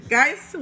Guys